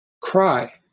cry